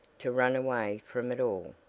to run away from it all.